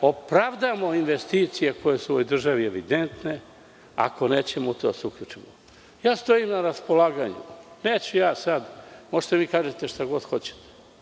opravdamo investicije koje su u ovoj državi evidentne, ako nećemo u to da se uključimo. Stojim na raspolaganju. Možete da kažete šta god hoćete,